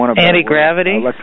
Anti-gravity